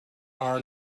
are